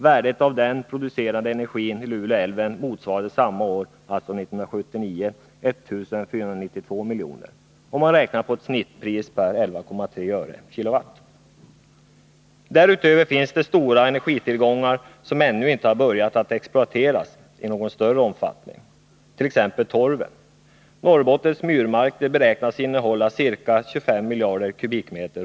Värdet av den producerade energin i Luleå älv motsvarade år 1979 1492 miljoner, om man räknar med ett snittpris på 11,3 öre per kWh. Därutöver finns det stora energitillgångar som ännu inte har börjat att exploateras i någon större omfattning, t.ex. torven. Norrbottens myrmarker beräknas innehålla ca 25 miljarder m?